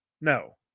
No